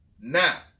now